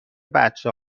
بچه